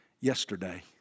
yesterday